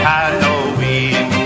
Halloween